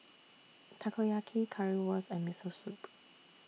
Takoyaki Currywurst and Miso Soup